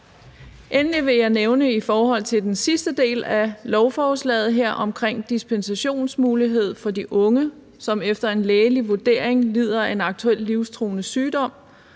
Endelig vil jeg i forhold til den sidste del af lovforslaget omkring dispensationsmulighed nævne, at unge, som efter en lægelig vurdering lider af en aktuelt livstruende sygdom,